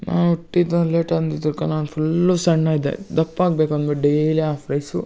ನಾ ಹುಟ್ಟಿದ್ದು ಲೇಟ್ ಅಂದಿದ್ದಕ್ಕ ನಾನು ಫುಲ್ಲು ಸಣ್ಣ ಇದ್ದೆ ದಪ್ಪ ಆಗ್ಬೇಕು ಅನ್ಬಿಟ್ಟು ಡೈಲಿ ಆಫ್ ರೈಸು